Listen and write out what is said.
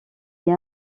est